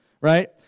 right